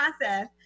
process